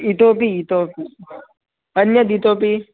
इतोपि इतोपि अन्यद् इतोपि